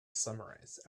summarize